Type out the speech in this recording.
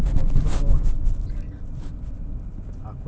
bagi aku kalau sekejap jer confirm takde hal lah buat macam tak ada apa-apa ah